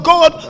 God